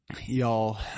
y'all